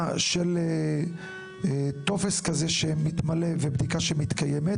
של טופס כזה שמתמלא ובדיקה שמתקיימת.